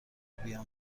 بیام